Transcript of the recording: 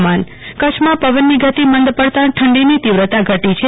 હવામાન કચ્છમાં પવનની ગતી મંદ પડતા ઠંડીની તીવ્રતા ઘટી છે